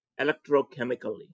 electrochemically